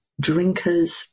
drinkers